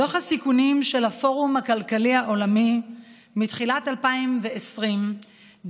דוח הסיכונים של הפורום הכלכלי העולמי מתחילת 2020 דירג